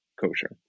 kosher